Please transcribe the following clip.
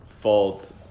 fault